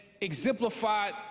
exemplified